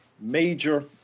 major